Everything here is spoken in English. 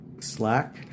Slack